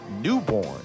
Newborn